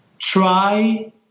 try